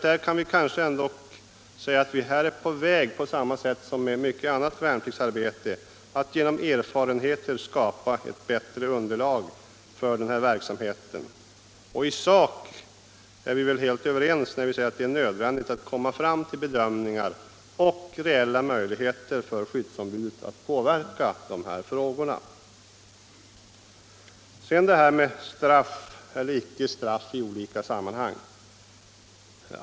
Där kan vi kanske säga att vi på samma sätt som i mycket annat värnpliktsarbete är på väg att genom vunna erfarenheter skapa ett bättre underlag för verksamheten. I sak är vi nog helt överens om att det är nödvändigt att komma fram till reella möjligheter för skyddsombudet att påverka handläggningen av de här frågorna. Så till frågan om straff eller icke straff i olika sammanhang.